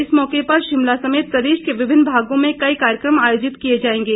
इस मौके पर शिमला समेत प्रदेश के विभिन्न भागों में कई कार्यकम आयोजित किए जाएंगे